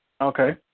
Okay